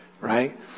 right